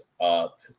up